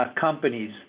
companies